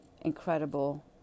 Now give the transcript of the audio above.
incredible